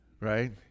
right